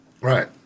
Right